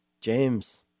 James